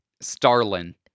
Starlin